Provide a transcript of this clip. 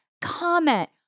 comment